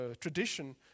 tradition